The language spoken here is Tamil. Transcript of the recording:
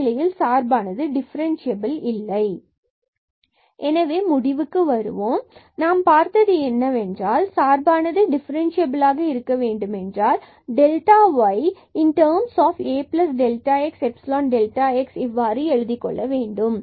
இந்த நிலையில் சார்பானது டிஃபரண்ட்சியபில் at xA இல்லை எனவே முடிவுக்கு வருவோம் நான் பார்த்தது என்னவென்றால் சார்பானது டிஃபரன்ஸ்சியபிலாக இருக்க வேண்டுமென்றால் y in terms of this expression Axϵx இதனை நாம் இவ்வாறு எழுதிக்கொள்ள வேண்டும்